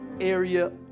area